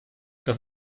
dass